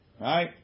Right